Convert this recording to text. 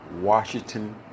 Washington